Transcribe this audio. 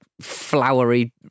flowery